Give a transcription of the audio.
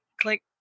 click